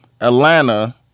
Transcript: Atlanta